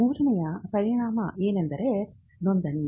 ಮೂರನೆಯ ಪರಿಗಣನೆಯೆಂದರೆ ನೋಂದಣಿ